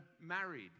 married